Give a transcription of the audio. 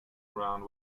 around